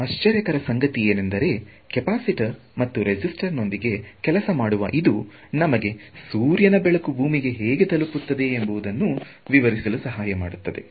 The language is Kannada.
ತುಂಬಾ ಆಶ್ಚರ್ಯಕರ ಸಂಗತಿ ಏನೆಂದರೆ ಕೆಪಾಸಿಟರ್ ಮತ್ತು ರೆಜಿಸ್ಟರ್ ನೊಂದಿಗೆ ಕೆಲಸ ಮಾಡುವ ಇದು ನಮಗೆ ಸೂರ್ಯನ ಬೆಳಕು ಭೂಮಿಗೆ ಹೇಗೆ ತಲುಪುತ್ತದೆ ಎಂಬುದನ್ನು ವಿವರಿಸಲು ಸಹಾಯ ಮಾಡುತ್ತದೆ